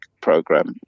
program